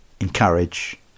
encourage